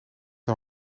hij